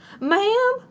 ma'am